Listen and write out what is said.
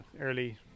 early